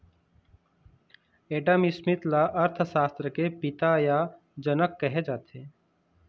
Adam Smith ल अर्थसास्त्र के पिता य जनक कहे जाथे